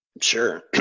Sure